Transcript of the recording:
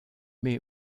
mais